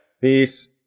Peace